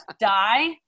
die